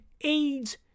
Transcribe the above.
aids